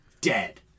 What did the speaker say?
dead